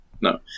no